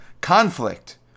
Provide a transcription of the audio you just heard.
conflict